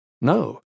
no